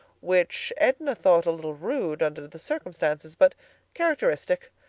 which edna thought a little rude, under the circumstances, but characteristic.